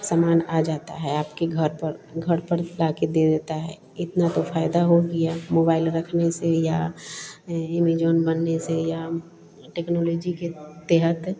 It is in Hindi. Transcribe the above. सामान आ जाता है आपके घर पर घर पर लाकर दे देता है इतना तो फ़ायदा हो गया मोबाइल रखने से या ए एमेजॉन बनने से या टेक्नोलॉजी के तहत